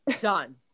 Done